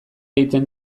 egiten